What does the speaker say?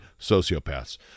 sociopaths